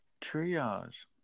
triage